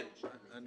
אני